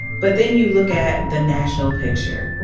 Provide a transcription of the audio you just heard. but then you look at the national picture.